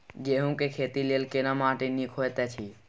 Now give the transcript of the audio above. गेहूँ के खेती लेल केना माटी नीक होयत अछि?